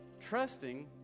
trusting